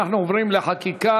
אנחנו עוברים לחקיקה.